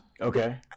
Okay